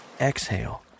exhale